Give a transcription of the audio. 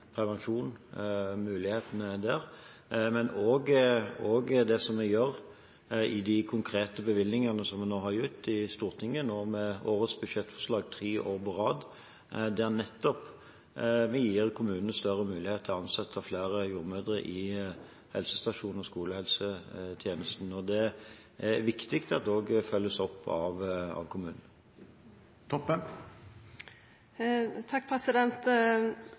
prevensjon og mulighetene der, men også det vi gjør i de konkrete bevilgningene, som nå er i Stortinget, i årets budsjettforslag – tre år på rad. Der gir vi kommunene større muligheter til nettopp å ansette flere jordmødre i helsestasjoner og skolehelsetjenesten, og det er viktig at det også følges opp av kommunen.